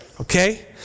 okay